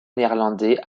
néerlandais